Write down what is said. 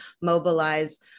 mobilize